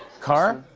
car?